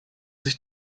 sich